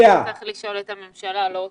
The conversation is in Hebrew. את זה צריך לשאול את הממשלה ולא אותו.